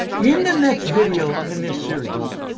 in the next video in this series,